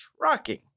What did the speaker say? rocking